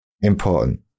important